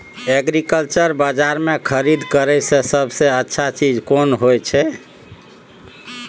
Agriculture बाजार में खरीद करे से सबसे अच्छा चीज कोन होय छै?